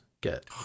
get